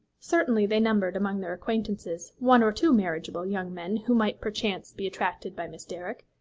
certainly they numbered among their acquaintances one or two marriageable young men who might perchance be attracted by miss derrick,